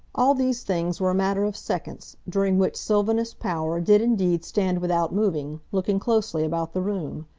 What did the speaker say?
all these things were a matter of seconds, during which sylvanus power did indeed stand without moving, looking closely about the room.